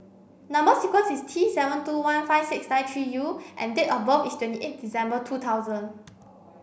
number sequence is T seven two one five six nine three U and date of birth is twenty eight December two thousand